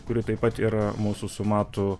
kuri taip pat yra mūsų su matu